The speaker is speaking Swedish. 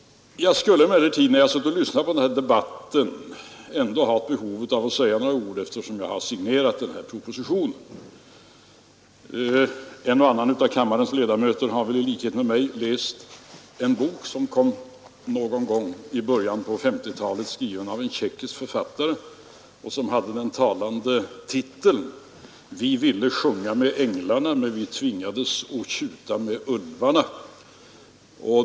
Jag har emellertid, sedan jag suttit och lyssnat på debatten, ett behov av att säga några ord, eftersom jag har signerat den här propositionen. En och annan av kammarens ledamöter har väl i likhet med mig läst en bok som kom någon gång i början av 1950-talet och är skriven av en tjeckisk författare. Den har den talande titeln Vi ville sjunga med änglarna men vi tvingades tjuta med ulvarna.